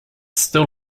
still